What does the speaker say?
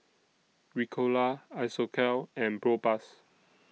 Ricola Isocal and Propass